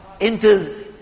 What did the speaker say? enters